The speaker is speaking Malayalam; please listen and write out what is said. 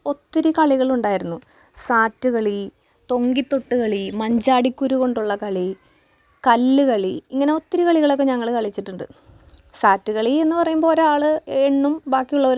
ഉത്സവ സീസണുകളിൽ നമ്മൾ ഉണ്ടാക്കാറുള്ളത് ഉണ്ണിയപ്പം എനിക്ക് ഭയങ്കര ഇഷ്ട്ടമുള്ള ഒരു വിഭവമാണ് അതുകൊണ്ട് തന്നെ ഉണ്ണിയപ്പം ഞാനെന്തായാലും നിർബന്ധമായിട്ടും ഉണ്ടാക്കാറുണ്ട് എല്ലാവർക്കും അതിഷ്ടമാണ്